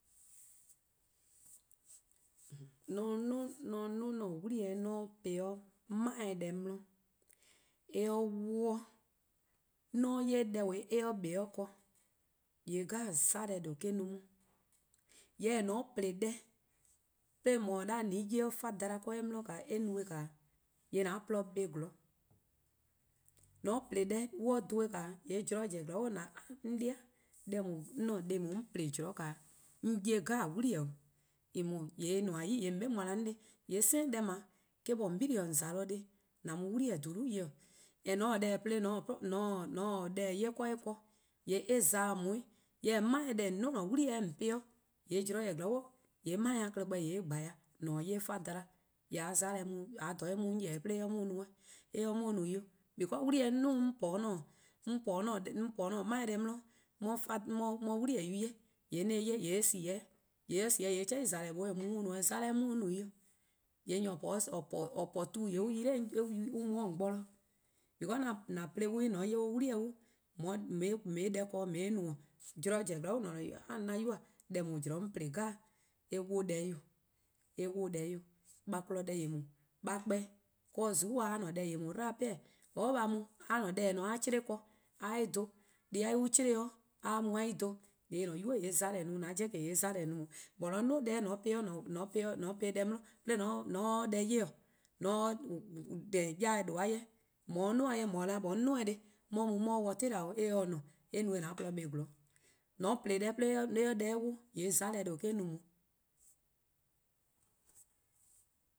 :mor 'on 'duo: 'an-a' 'wli-eh 'on po-eh 'de 'mae: :dhih deh 'di, :mor eh 'wluh 'de, :mor 'on 'ye deh beh eh 'kpa 'o ken, :yee' 'mona :due' 'jeh or-: no 'on. Jorwor: :mor :on plo deh 'de :on 'ye-a 'o an 'ye 'o five dollars 'de eh 'di :yee' eh no-eh an :porluh-a kpa 'zorn :mor :on plo-deh :mor :on dhen-eh :mor zorn zen zorn bo :yee' :on 'da a 'on 'dei' 'an-a' deh+ 'on plo-a zean' 'on 'ye 'wlii-eh 'jeh 'o, :yee' deh :daa eh nmor-: 'yi, :yee' :on 'be-a mu-a 'o 'on de :yee' same deh :dao' eh-: :on 'bili-' :on :za de 'an mu 'wli-eh :dulu' 'ye-'. :yee' :mor :on :taa' deh plo :mor :on :taa deh 'ye 'do eh ken, :yee' eh za-dih on 'weh. Jorwor: 'mae: :dhih deh, :on 'duo: :an 'wlii :on po-ih 'de, zorn taa zen :yee' 'mae: :dhih-a klehkpeh 'gba ya, :an 'ye five dollar, :yee' :a 'ye :dha 'mona-a mu 'wluh-', dha or mu 'on :yeh-dih 'do or ye 'on no-eh, or :se 'on no-ih 'o. 'Wli-eh: 'on 'duo:-a 'on po-a 'de 'an 'mae: dhih 'di 'on 'ya-a 'wli-eh yu :ye, 'on se-eh 'ye eh :sie: 'de 'weh, :yee' :mor eh :sie 'de :yee' deh 'i :deh :mona 'o :or mu 'on no-eh, 'mona :se 'on no 'i. ;Yee' nyor :or po-a tu :yee' 'an mu 'de :on bo de, because :an plo dee 'de :an 'ye 'wlii dee, :on 'ye deh :korn :on 'ye-eh no-dih, :mor zorn zen zorn bo mor-: 'an-a' 'nynuu: :on 'ye-a 'o 'an 'nynuu:-a, deh 'on plo zean' 'jeh eh 'wluh deh-' 'weh 'o, eh 'wluh-' 'weh 'o a kpon deh :yeh :daa-dih a kpa-eh' 'de :zuku' a 'ye 'deh-:beh 'peh-ih 'de'bli :zuku' :oror' a mu a-a' deh a 'chle-a ken-dih a 'ye-eh dhen, deh a 'chle-dih-a a 'ye-ih dhen. :yee' :an 'nynuu: 'mona:-a no-uh, :yee' :an 'jeh 'mona:-a no on. :mor :on 'duo: deh-' :on ppo-eh deh 'di 'de 'de :on se 'de deh 'ye-dih, :on se 'de 'dheh-yor-eh :due'-a 'jeh :on 'ye-a :ao' 'nyi 'on :duo:-eh 'on 'ye mu 'on 'ye-' dih 'tela: 'o eh se :ne eh no-eh :an-a' :porluh 'kpa 'zorn, :mor :on plo deh 'de eh 'ye deh-' 'wluh :yee' 'mona'-a' :due :or-: no on.,.